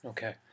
Okay